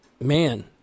man